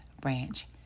Branch